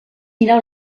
mirar